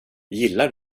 gillar